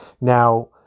Now